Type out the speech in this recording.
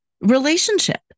relationship